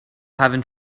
having